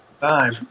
Time